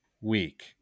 week